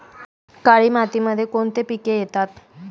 काळी मातीमध्ये कोणते पिके येते?